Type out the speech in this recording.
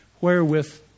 wherewith